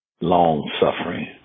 long-suffering